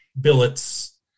billets